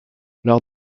lors